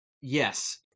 yes